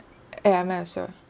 ya mine also